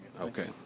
Okay